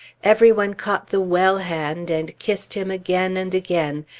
every one caught the well hand and kissed him again and again,